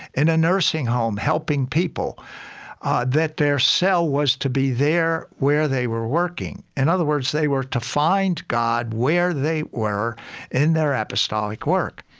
in a nursing home helping people that their cell was to be there where they were working. in other words, they were to find god where they were in their apostolic work